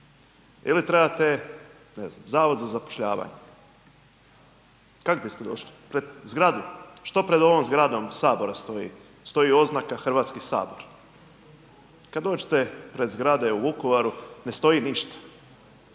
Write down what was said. Ili trebate, ne znam, Zavod za zapošljavanje, kako biste došli pred zgradu? Što pred ovom zgradom Sabora stoji? Stoji oznaka Hrvatski sabor. Kad dođete pred zgrade u Vukovaru, ne stoji ništa,